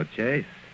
Chase